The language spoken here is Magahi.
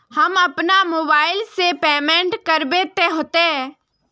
हम अपना मोबाईल से पेमेंट करबे ते होते?